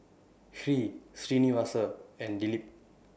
Hri Srinivasa and Dilip